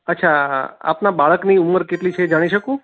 અચ્છા આપના બાળકની ઉંમર કેટલી છે એ જાણી શકું